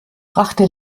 brachte